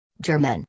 German